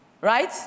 right